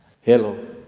Hello